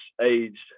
aged